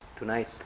Tonight